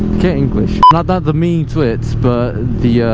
can't english not that the mean tweets but the